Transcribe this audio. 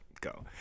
go